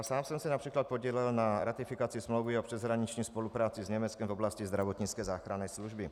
Sám jsem se například podílel na ratifikaci smlouvy o přeshraniční spolupráci s Německem v oblasti zdravotnické záchranné služby.